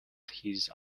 his